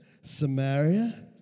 Samaria